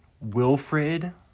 Wilfred